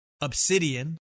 obsidian